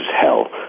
hell